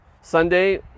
Sunday